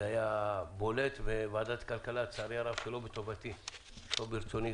שלא בטובתי ולא ברצוני,